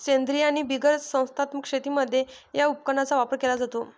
सेंद्रीय आणि बिगर संस्थात्मक शेतीमध्ये या उपकरणाचा वापर केला जातो